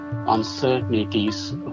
Uncertainties